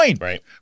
right